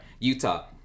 Utah